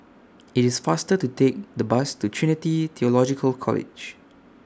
IT IS faster to Take The Bus to Trinity Theological College